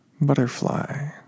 butterfly